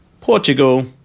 Portugal